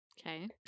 Okay